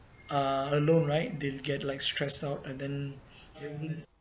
uh alone right they'll get like stressed out and then